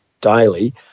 daily